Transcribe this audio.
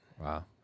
Wow